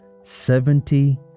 seventy